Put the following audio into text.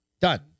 done